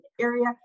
area